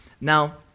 Now